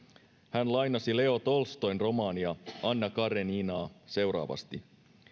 hän lainasi leo tolstoin romaania anna karenina seuraavasti